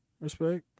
Respect